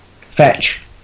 Fetch